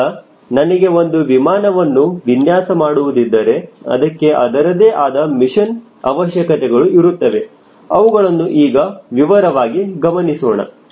ಈಗ ನನಗೆ ಒಂದು ವಿಮಾನವನ್ನು ವಿನ್ಯಾಸ ಮಾಡುವುದಿದ್ದರೆ ಅದಕ್ಕೆ ಅದರದೇ ಆದ ಮಿಷನ್ ಅವಶ್ಯಕತೆಗಳು ಇರುತ್ತವೆ ಅವುಗಳನ್ನು ಈಗ ವಿವರವಾಗಿ ಗಮನಿಸೋಣ